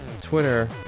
twitter